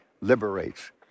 liberates